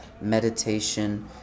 meditation